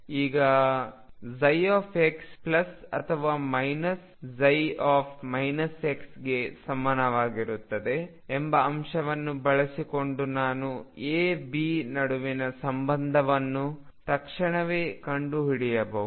ಈಗ ψ ಅಥವಾ ψ ಗೆ ಸಮನಾಗಿರುತ್ತದೆ ಎಂಬ ಅಂಶವನ್ನು ಬಳಸಿಕೊಂಡು ನಾನು ಎ ಬಿ ನಡುವಿನ ಸಂಬಂಧವನ್ನು ತಕ್ಷಣವೇ ಕಂಡುಹಿಡಿಯಬಹುದು